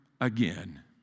again